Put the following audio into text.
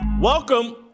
Welcome